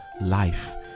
life